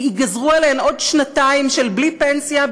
ייגזרו עליהן עוד שנתיים בלי פנסיה,